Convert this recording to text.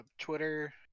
Twitter